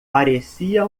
parecia